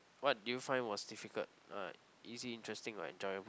what did you find was difficult uh easy interesting or enjoyable